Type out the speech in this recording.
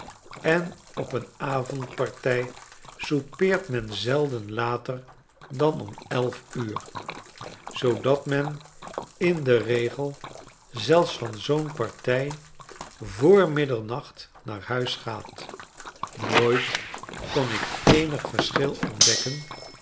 enop een avondpartij soupeert men zelden later dan om elf uur zoodat men in den regel zelfs van zoo'n partij voor middernacht naarhuis gaat nooit kon ik eenig verschil ontdekken